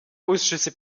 ausschüsse